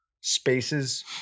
spaces